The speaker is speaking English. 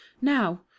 now